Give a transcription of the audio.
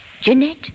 Jeanette